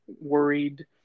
worried